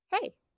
hey